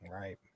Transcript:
right